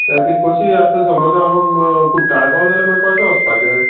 त्या खातीर कशी आतां समज हांव कुट्टाळे पावलों जाल्यार मागीर कशें वसपाचें